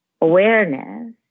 awareness